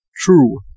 true